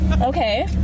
Okay